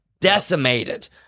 Decimated